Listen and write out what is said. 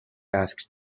asked